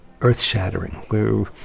earth-shattering